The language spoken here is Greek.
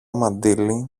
μαντίλι